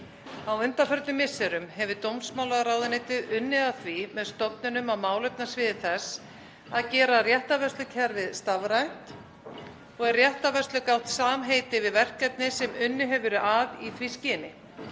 Á undanförnum misserum hefur dómsmálaráðuneytið unnið að því með stofnunum á málefnasviði þess að gera réttarvörslukerfið stafrænt og er réttarvörslugátt samheiti yfir verkefni sem unnið hefur verið að í því skyni.